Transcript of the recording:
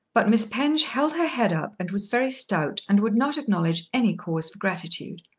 but miss penge held her head up and was very stout, and would not acknowledge any cause for gratitude.